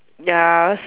ya s~